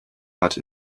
hat